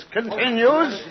continues